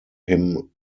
him